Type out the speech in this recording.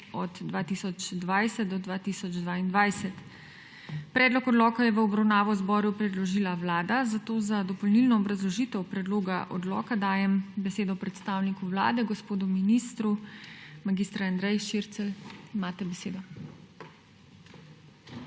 OD 2020 DO 2022.** Predlog odloka je v obravnavo Državnemu zboru predložila Vlada, zato za dopolnilno obrazložitev predloga odloka dajem besedo predstavniku Vlade gospodu ministru. Mag. Andrej Šircelj, imate besedo.